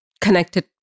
connected